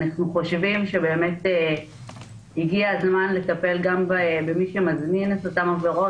אנחנו חושבים שבאמת הגיע הזמן לטפל גם במי שמזמין את אותן עבירות.